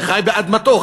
שחי באדמתו,